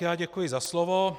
Já děkuji za slovo.